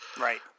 right